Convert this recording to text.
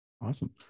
Awesome